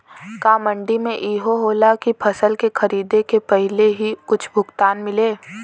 का मंडी में इहो होला की फसल के खरीदे के पहिले ही कुछ भुगतान मिले?